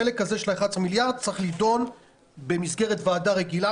החלק הזה של ה-11 מיליארד צריך להידון במסגרת ועדה רגילה.